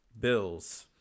Bills